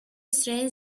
strange